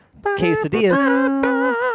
quesadillas